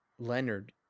Leonard